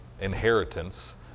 inheritance